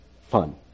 fun